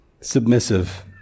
submissive